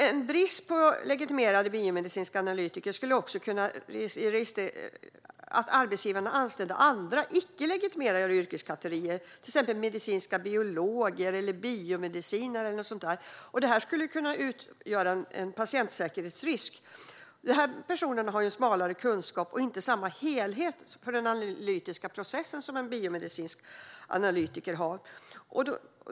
En brist på legitimerade biomedicinska analytiker skulle också kunna resultera i att arbetsgivarna anställer andra, icke legitimerade yrkeskategorier, till exempel medicinska biologer eller biomedicinare. Detta skulle kunna utgöra en patientsäkerhetsrisk. En sådan person har en smalare kunskap och inte samma helhet när det gäller den analytiska processen som en biomedicinsk analytiker.